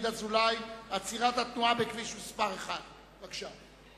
אזולאי: עצירת התנועה בכביש מס' 1. ביום ז'